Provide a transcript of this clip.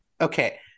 Okay